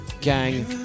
gang